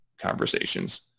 conversations